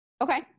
okay